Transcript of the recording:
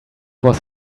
was